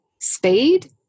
speed